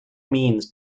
means